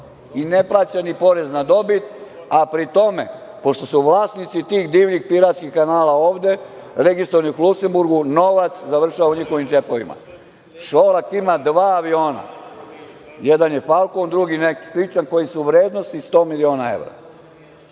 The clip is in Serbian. i ne plaća ni porez na dobit, a pri tome, pošto su vlasnici tih divljih, piratskih kanala ovde, registrovanih u Luksemburgu, novac završava u njihovim džepovima. Šolak ima dva aviona. Jedan je Falkon, drugi neki sličan, koji su u vrednosti 100 miliona evra.